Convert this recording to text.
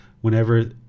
whenever